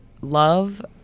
Love